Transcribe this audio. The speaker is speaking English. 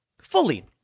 fully